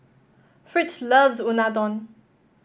Fritz loves Unadon